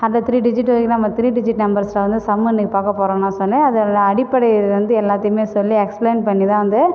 hundred three digit வரைக்கும் தான் நம்ம த்ரீ டிஜிட் நம்பர்ஸை வந்து சம்மு இன்னைக்கி பார்க்கப் போகிறோன்னா சொல்லி அதோட அடிப்படை வந்து எல்லாத்தையுமே சொல்லி எக்ஸ்பிளைன் பண்ணிதான் வந்து